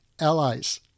allies